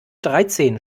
dreizehn